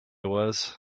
was